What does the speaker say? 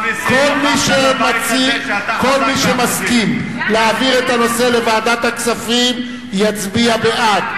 כל מי שמסכים להעביר את הנושא לוועדת הכספים יצביע בעד,